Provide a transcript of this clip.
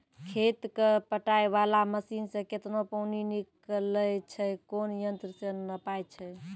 खेत कऽ पटाय वाला मसीन से केतना पानी निकलैय छै कोन यंत्र से नपाय छै